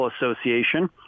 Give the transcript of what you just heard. Association